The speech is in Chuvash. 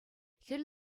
хӗл